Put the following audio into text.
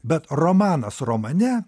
bet romanas romane